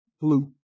blue